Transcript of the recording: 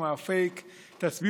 ההסתייגות לא התקבלה.